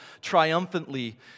triumphantly